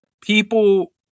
People